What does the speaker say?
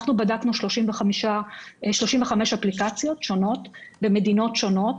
אנחנו בדקנו 35 אפליקציות במדינות שונות,